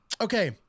okay